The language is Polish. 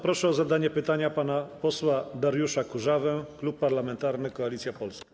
Proszę o zadanie pytania pana posła Dariusza Kurzawę, Klub Parlamentarny Koalicja Polska.